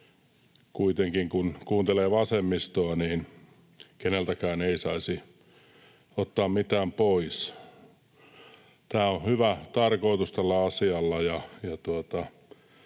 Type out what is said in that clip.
kuitenkin kun kuuntelee vasemmistoa, niin keneltäkään ei saisi ottaa mitään pois. Tällä asialla on hyvä tarkoitus, ja